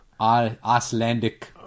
Icelandic